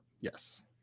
yes